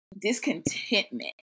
discontentment